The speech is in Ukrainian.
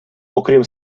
окрім